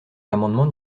l’amendement